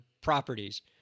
properties